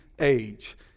age